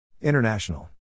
International